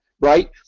right